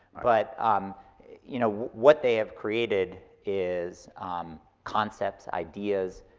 but um you know what they have created is concepts, ideas,